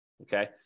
Okay